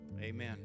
Amen